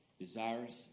desirous